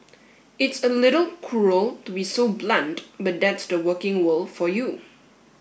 it's a little cruel to be so blunt but that's the working world for you